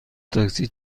تاکسی